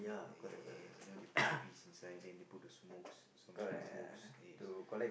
yes you know they put the piece inside then they put the smokes some sort of smokes yes